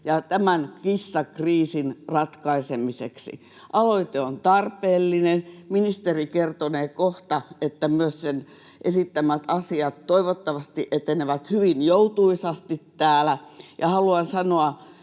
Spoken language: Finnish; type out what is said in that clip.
ja tämän kissakriisin ratkaisemiseksi. Aloite on tarpeellinen. Ministeri kertonee kohta, että myös sen esittämät asiat toivottavasti etenevät hyvin joutuisasti täällä, ja haluan sanoa